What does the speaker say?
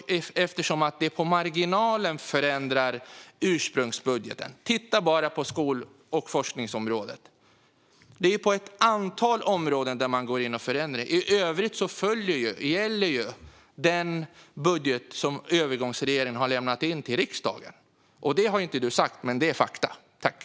Den förändrar nämligen bara på marginalen ursprungsbudgeten. Titta bara på skol och forskningsområdet: Det är på ett antal områden man går in och förändrar, men i övrigt gäller ju den budget som övergångsregeringen har lagt fram till riksdagen. Det har du inte sagt, men det är ett faktum.